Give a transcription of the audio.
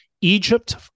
Egypt